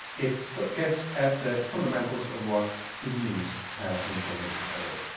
it gets at the fundamentals of what it means to have information at all.